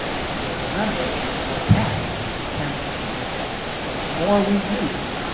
if you will remember, we are capped at ten point five five. so the more we use,